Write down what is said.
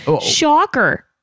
Shocker